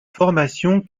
formation